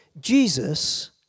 Jesus